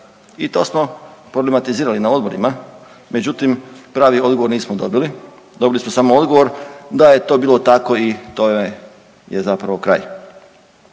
i to smo problematizirali na odborima, međutim pravi odgovor nismo dobili. Dobili smo samo odgovor da je to bilo tako i to je zapravo kraj.